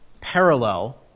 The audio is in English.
parallel